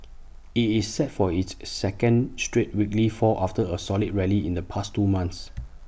IT is set for its second straight weekly fall after A solid rally in the past two months